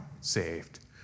saved